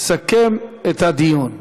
סכם את הדיון.